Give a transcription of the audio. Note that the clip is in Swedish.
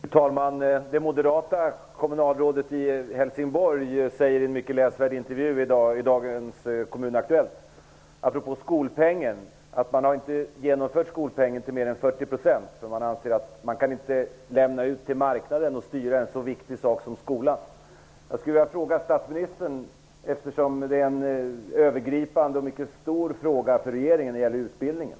Fru talman! Det moderata kommunalrådet i Helsingborg säger i en mycket läsvärd intervju i dagens Kommunaktuellt apropå skolpengen att man inte har genomfört skolpengen till mer än 40 %. Man anser inte att man kan lämna ut till marknaden att styra en sådan viktig sak som skolan. Detta är ju en övergripande och mycket stor fråga för regeringen när det gäller utbildningen.